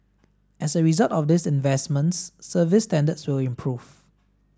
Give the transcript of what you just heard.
as a result of these investments service standards will improve